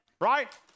right